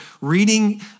reading